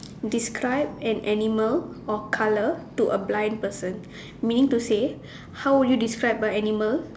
describe an animal or colour to a blind person meaning to say how would you describe a animal